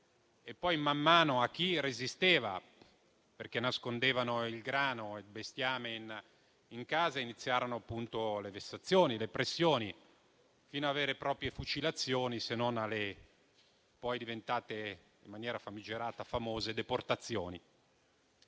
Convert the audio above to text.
e poi man mano, per chi resisteva, perché nascondeva il grano e il bestiame in casa, iniziarono appunto le vessazioni e le pressioni, fino a vere e proprie fucilazioni, se non alle famose - poi diventate famigerate - deportazioni.